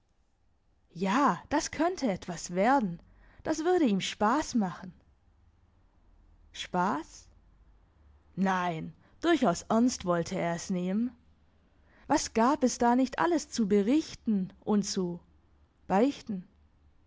ja das könnte etwas werden das würde ihm spass machen spass nein durchaus ernst wollte er es nehmen was gab es da nicht alles zu berichten und zu beichten